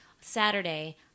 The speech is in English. Saturday